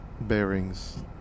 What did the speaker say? bearings